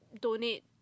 donate